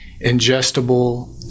ingestible